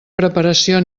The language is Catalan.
preparació